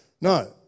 No